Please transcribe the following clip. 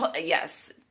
Yes